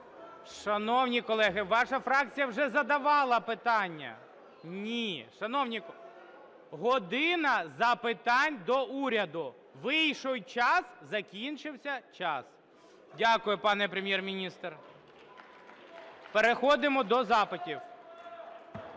Шановні колеги, ваша фракція вже задавала питання. Ні! Шановні колеги, "година запитань до Уряду". Вийшов час – закінчився час. Дякую, пане Прем'єр-міністре. Переходимо до запитів.